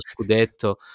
Scudetto